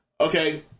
Okay